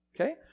okay